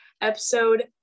episode